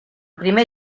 primer